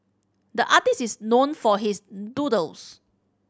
the artist is known for his doodles